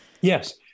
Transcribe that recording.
Yes